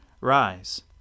Rise